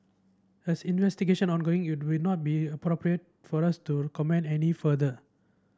as investigation ongoing it would not be appropriate for us to comment any further